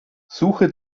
suche